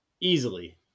easily